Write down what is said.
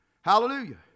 Hallelujah